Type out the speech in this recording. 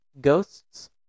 ghosts